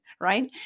right